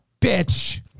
bitch